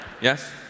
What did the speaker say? Yes